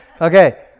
Okay